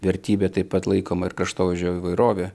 vertybė taip pat laikoma ir kraštovaizdžio įvairovė